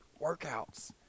workouts